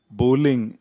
bowling